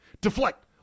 deflect